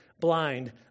blind